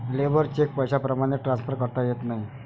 labour cheque पैशाप्रमाणे transfer करता येत नाही